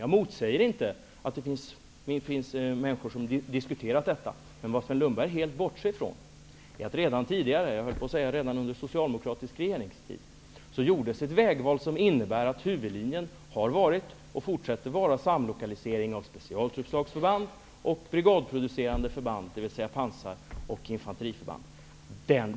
Jag motsäger inte att det finns människor som har diskuterat detta, men vad Sven Lundberg helt bortser ifrån är att redan tidigare -- jag höll på att säga redan under socialdemokratisk regeringstid -- gjordes ett vägval som innebär att huvudlinjen har varit och fortsätter vara samlokalisering av specialtruppsförband och brigadproducerande förband, dvs. pansar och infanteriförband.